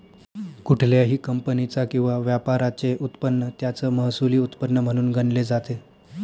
कुठल्याही कंपनीचा किंवा व्यापाराचे उत्पन्न त्याचं महसुली उत्पन्न म्हणून गणले जाते